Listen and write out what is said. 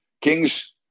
Kings